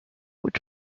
which